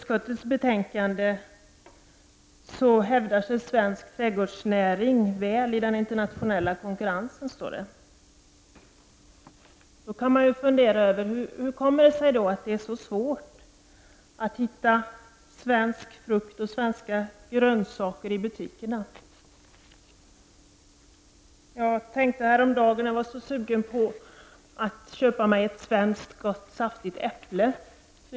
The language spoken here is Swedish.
Svensk trädgårdsnäring hävdar sig väl i den internationella konkurrensen, står det i utskottets betänkande. Men då kan man fundera över hur det kommer sig att det är så svårt att hitta svensk frukt och svenska grönsaker i butikerna. Häromdagen var jag väldigt sugen på ett svenskt gott saftigt äpple.